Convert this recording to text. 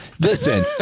Listen